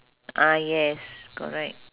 ah yes correct